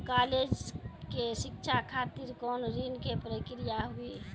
College के शिक्षा खातिर कौन ऋण के प्रक्रिया हुई?